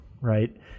right